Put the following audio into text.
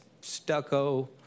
stucco